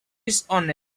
dishonest